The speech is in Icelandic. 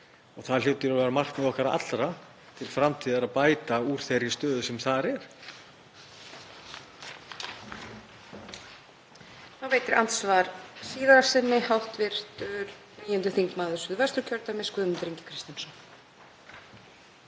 og það hlýtur að vera markmið okkar allra til framtíðar að bæta úr þeirri stöðu sem þar er.